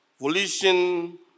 volition